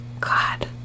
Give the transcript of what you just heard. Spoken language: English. God